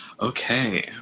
Okay